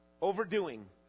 Overdoing